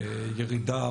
ירידה